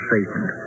Satan